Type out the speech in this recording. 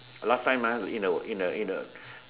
last time in a in A